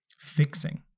fixing